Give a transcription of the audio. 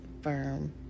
firm